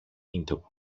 into